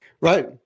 Right